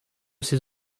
ses